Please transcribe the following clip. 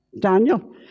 Daniel